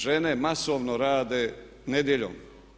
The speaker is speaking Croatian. Žene masovno rade nedjeljom.